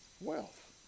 wealth